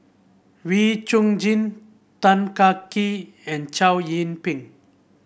Wee Chong Jin Tan Kah Kee and Chow Yian Ping